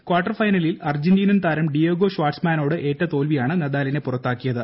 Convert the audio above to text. quarter ഫൈനലിൽ അർജന്റീനൻ താരം ഡിയേഗോ ഷാർട്സ്മാനോട് ഏറ്റ തോൽവിയാണ് നൃദാലിനെ പുറത്താക്കിയത്